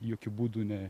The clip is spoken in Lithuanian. jokiu būdu ne